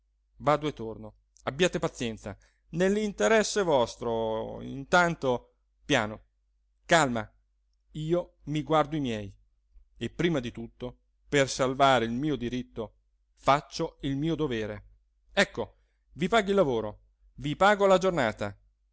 vado e torno abbiate pazienza nell'interesse vostro intanto piano calma io mi guardo i miei e prima di tutto per salvare il mio diritto faccio il mio dovere ecco vi pago il lavoro vi pago la giornata